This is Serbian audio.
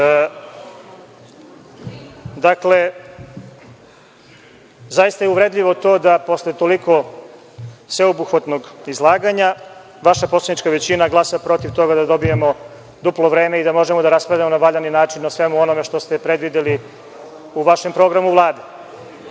Dakle, zaista je uvredljivo to da posle toliko sveobuhvatnog izlaganja vaša poslanička većina glasa protiv toga da dobijemo duplo vreme i da možemo da raspravljamo na valjani način o svemu onome što ste predvideli u vašem programu Vlade. To